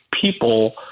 people